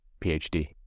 PhD